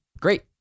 great